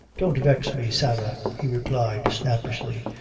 don't vex me, sarah, he replied, snappishly.